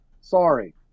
Sorry